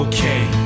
Okay